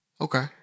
Okay